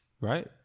right